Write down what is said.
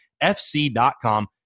F-C.com